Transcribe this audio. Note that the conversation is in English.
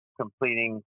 completing